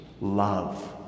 love